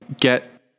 Get